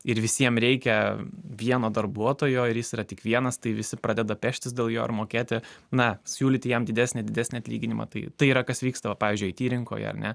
ir visiem reikia vieno darbuotojo ir jis yra tik vienas tai visi pradeda peštis dėl jo ir mokėti na siūlyti jam didesnį didesnį atlyginimą tai tai yra kas vyksta va pavyzdžiui it rinkoje ar ne